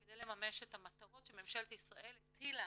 כדי לממש את המטרות שממשלת ישראל הטילה